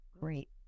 Great